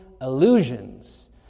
illusions